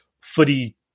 footy